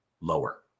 lower